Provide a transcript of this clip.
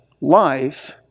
life